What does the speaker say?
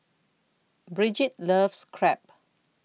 Brigitte loves Crepe